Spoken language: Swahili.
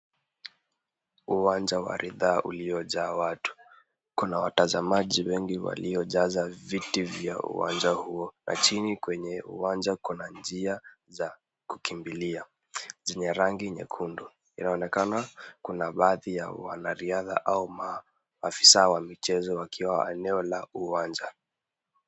Uwanja wa ridhaa uliojaa watu. Kuna watazamaji wengi waliojaza viti vya uwanja huo na chini kwenye uwanja kuna njia za kukimbilia zenye rangi nyekundu. Inaonekana kuna baadhi ya wanariadha au maafisa wa michezo wakiwa eneo la uwanja.